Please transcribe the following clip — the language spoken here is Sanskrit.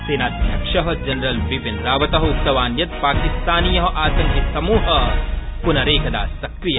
सेनाध्यक्ष जनरल बिपिन रावत उक्तवान् यत् पाकिस्तानीय आतंकिसमूह पुनरेकदा सक्रिय